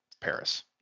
Paris